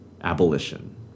abolition